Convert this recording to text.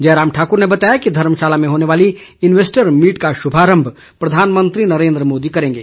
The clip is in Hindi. जयराम ठाकुर ने बताया कि धर्मशाला में होने वाली इन्वेस्टर मीट का शुभारंभ प्रधानमंत्री नरेन्द्र मोदी करेंगे